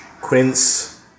quince